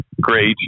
great